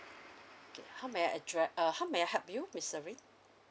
okay how may I addre~ uh how may I help you miss serene